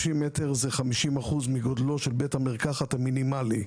30 מ"ר זה 50% מגודלו של בית המרקחת המינימלי,